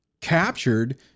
captured